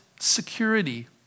security